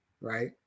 right